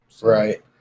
Right